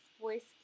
voice